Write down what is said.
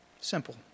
Simple